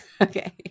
Okay